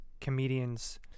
comedians